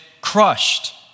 crushed